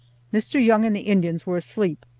mr. young and the indians were asleep,